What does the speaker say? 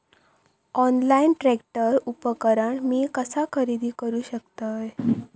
Online tractor उपकरण मी कसा खरेदी करू शकतय?